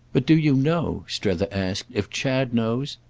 but do you know, strether asked, if chad knows?